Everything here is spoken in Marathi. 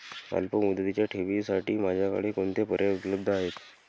अल्पमुदतीच्या ठेवींसाठी माझ्याकडे कोणते पर्याय उपलब्ध आहेत?